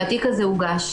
התיק הזה הוגש.